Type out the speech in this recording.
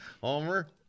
Homer